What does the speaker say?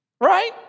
Right